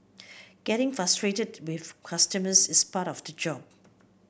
getting frustrated with customers is part of the job